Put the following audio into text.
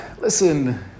listen